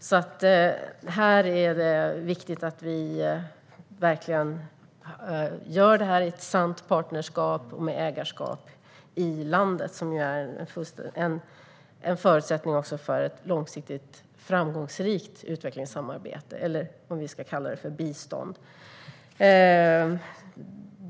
Det är alltså viktigt att vi verkligen gör detta i ett sant partnerskap och med ägarskap i landet, vilket också är en förutsättning för ett långsiktigt framgångsrikt utvecklingssamarbete, eller om vi ska kalla det för bistånd.